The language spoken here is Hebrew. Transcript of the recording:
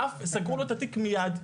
וסגרו לו את התיק מייד.